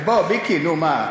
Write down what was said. בוא, מיקי, נו, מה,